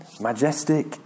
majestic